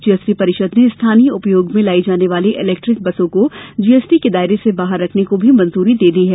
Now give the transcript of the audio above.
GST परिषद ने स्थानीय उपयोग में लाई जाने वाली इलेक्ट्रिक बसों को जीएसटी के दायरे से बाहर रखने को भी मंजूरी दे दी है